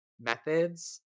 methods